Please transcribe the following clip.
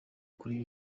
kuri